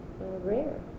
rare